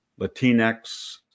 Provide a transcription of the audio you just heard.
Latinx